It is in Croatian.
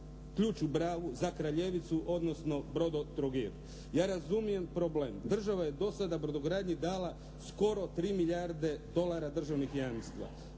ključ u bravu za Kraljevicu, odnosno BrodoTrogir. Ja razumijem problem. Država je do sada brodogradnji dala skoro 3 milijarde dolara državnih jamstva.